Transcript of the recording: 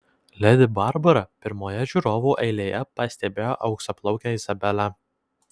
ledi barbara pirmoje žiūrovų eilėje pastebėjo auksaplaukę izabelę